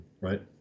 right